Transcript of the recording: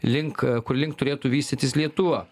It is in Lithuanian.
link a kur link turėtų vystytis lietuva